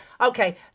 okay